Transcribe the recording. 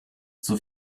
zur